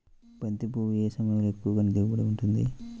బంతి పువ్వు ఏ సమయంలో ఎక్కువ దిగుబడి ఉంటుంది?